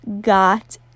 got